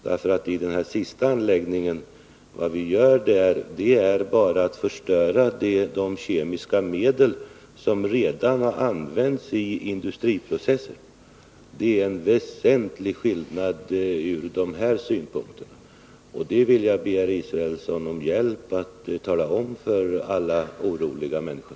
Vad vi gör i den sistnämnda anläggningen är bara att vi förstör de kemiska medel som redan har använts i industriprocesser. Det är en väsentlig skillnad, och jag vill alltså be herr Israelsson och andra om hjälp med att tala om det för alla oroliga människor.